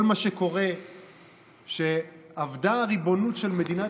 כל מה שקורה אבדה הריבונות של מדינת